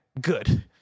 good